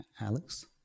Alex